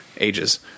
ages